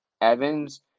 Evans